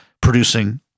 producing